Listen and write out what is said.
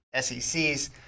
SEC's